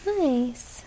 nice